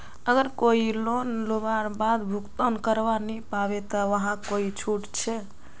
अगर कोई लोन लुबार बाद भुगतान करवा नी पाबे ते वहाक कोई छुट छे?